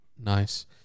Nice